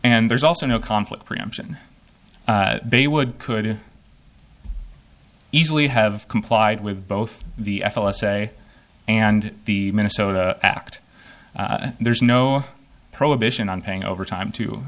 and there's also no conflict preemption they would could easily have complied with both the f s a and the minnesota act there's no prohibition on paying overtime to